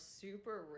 super